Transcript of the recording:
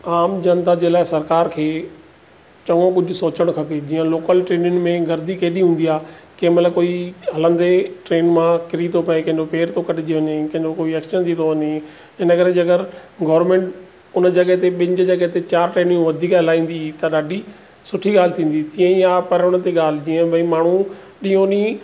आम जनता जे लाइ सरकार खे चङो कुझु सोचणु खपे जीअं लोकल ट्रेनुनि में गर्दी केॾी हूंदी आहे कंहिं महिल कोई हलंदी ट्रेन मां किरी थो पवे कंहिंजो पेरु थो कटिजी वञे कंहिंजो कोई एक्सीडेंट थी थियो वञे इन करे जेकरु गवर्मेंट उन जॻहि ते ॿिनि जी जॻहि ते चारि ट्रेनियूं वधीक हलाईंदी त ॾाढी सुठी ॻाल्हि थींदी तीअं ई आहे प्राण ते ॻाल्हि जीअं भई माण्हू ॾींहो ॾींहुं